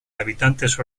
habitantes